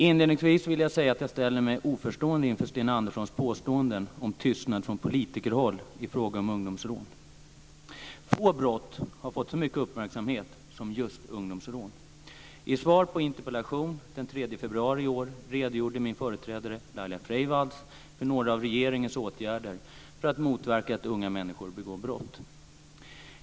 Inledningsvis vill jag säga att jag ställer mig oförstående inför Sten Anderssons påståenden om tystnad från politikerhåll i fråga om ungdomsrån. Få brott har fått så mycket uppmärksamhet som just ungdomsrån. I svar på interpellation den 3 februari i år redogjorde min företrädare Laila Freivalds för några av regeringens åtgärder för att motverka att unga människor begår brott.